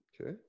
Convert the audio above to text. Okay